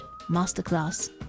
masterclass